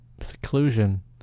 Seclusion